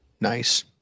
Nice